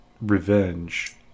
revenge